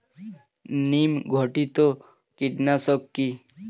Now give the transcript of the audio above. নিম ঘটিত কীটনাশক কি?